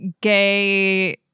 gay